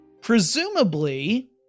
Presumably